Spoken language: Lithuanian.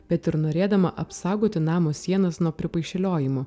bet ir norėdama apsaugoti namo sienas nuo pripaišeliojimų